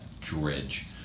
dredge